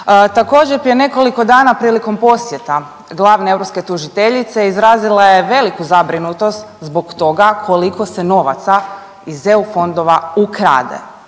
Također, prije nekoliko dana prilikom posjeta glavne europske tužiteljice, izrazila je veliku zabrinutost zbog toga koliko se novaca iz EU fondova ukrade.